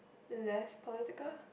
less political